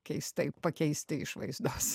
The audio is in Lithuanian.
keistai pakeisti išvaizdos